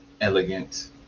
elegant